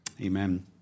Amen